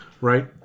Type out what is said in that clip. right